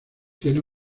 tiene